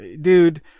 dude